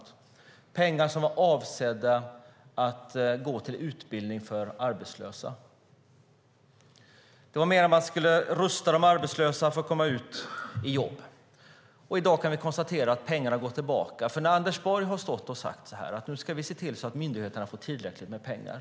Det var pengar som var avsedda att gå till utbildning för arbetslösa. Det var meningen att man skulle rusta de arbetslösa för att komma ut i jobb. I dag kan vi konstatera att pengarna går tillbaka. Anders Borg har stått och sagt: Nu ska vi se till att myndigheterna får tillräckligt med pengar.